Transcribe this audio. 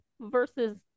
versus